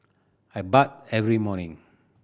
I bathe every morning